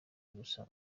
gusa